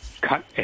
cut